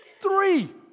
three